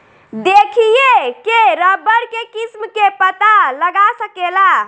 देखिए के रबड़ के किस्म के पता लगा सकेला